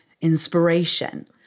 inspiration